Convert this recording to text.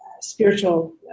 spiritual